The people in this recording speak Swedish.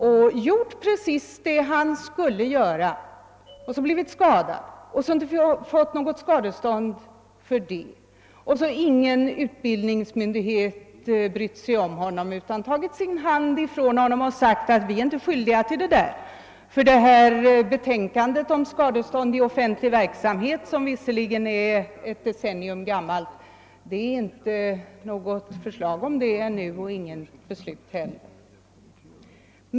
Han hade gjort precis vad han skulle göra och så blivit skadad och inte fått något skadestånd. Ingen utbildningsmyndighet har brytt sig om honom utan tagit sin hand ifrån honom och ansett sig oskyldig till det inträffade. Betänkandet om skadestånd vid skada som uppstår i offentlig verksamhet är visserligen ett decennium gammalt, men något nytt förslag föreligger inte och följaktligen inte heller något beslut.